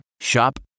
Shop